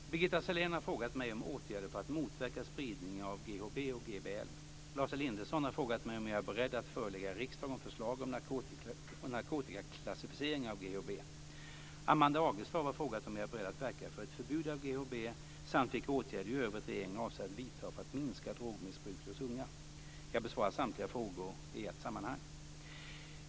Herr talman! Birgitta Sellén har frågat mig om åtgärder för att motverka spridningen av GHB och GBL. Lars Elinderson har frågat mig om jag är beredd att förelägga riksdagen förslag om narkotikaklassificering av GHB. Amanda Agestav har frågat om jag är beredd att verka för ett förbud mot GHB samt vilka åtgärder i övrigt regeringen avser vidta för att minska drogmissbruket hos unga. Jag besvarar samtliga frågor i ett sammanhang.